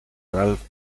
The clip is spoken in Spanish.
ralph